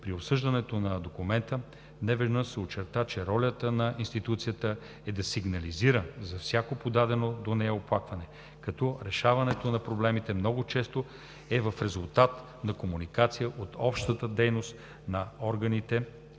При обсъждането на документа, неведнъж се очерта, че ролята на институцията е да сигнализира за всяко до нея оплакване, като решаването на проблемите много често е в резултат на комуникация и обща дейност с органите